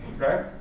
okay